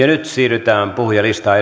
nyt siirrytään puhujalistaan